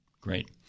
Great